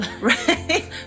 Right